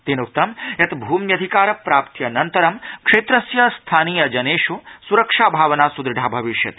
तेनोक्तं यत् भूम्यधिकार प्राप्त्यनन्तरं क्षेत्रस्य स्थानीय जनेषु सुरक्षा भावना सुदृढा भविष्यति